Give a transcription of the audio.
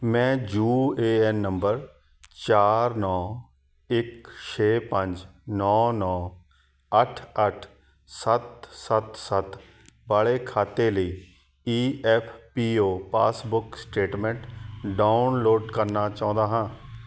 ਮੈਂ U A N number ਚਾਰ ਨੌਂ ਇੱਕ ਛੇ ਪੰਜ ਨੌਂ ਨੌਂ ਅੱਠ ਅੱਠ ਸੱਤ ਸੱਤ ਸੱਤ ਵਾਲੇ ਖਾਤੇ ਲਈ E F P O passbook statement download ਕਰਨਾ ਚਾਹੁੰਦਾ ਹਾਂ